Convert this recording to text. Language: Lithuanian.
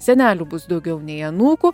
senelių bus daugiau nei anūkų